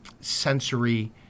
sensory